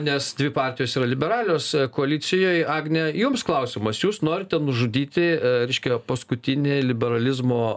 nes dvi partijos yra liberalios koalicijoj agne jums klausimas jūs norite nužudyti reiškia paskutinį liberalizmo